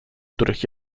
których